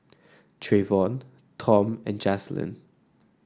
Treyvon Tom and Jaslyn